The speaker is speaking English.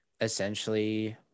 essentially